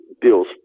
Bill's